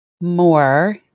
more